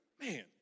Man